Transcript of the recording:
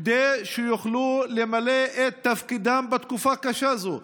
כדי שיוכלו למלא את תפקידן בתקופה קשה זו.